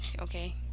okay